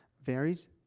varies,